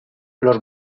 los